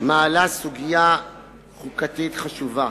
מעלה סוגיה חוקתית חשובה: